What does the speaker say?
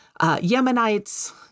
Yemenites